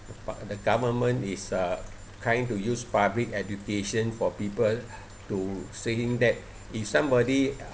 but the government is uh trying to use public education for people to saying that if somebody